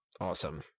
Awesome